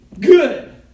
good